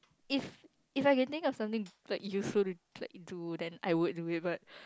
if if I can think of something like useful like do then I would do it but